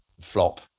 flop